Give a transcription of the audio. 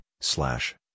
slash